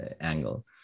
angle